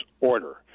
order